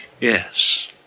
Yes